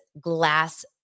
glass